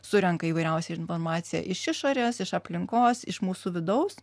surenka įvairiausią informaciją iš išorės iš aplinkos iš mūsų vidaus